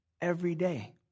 everyday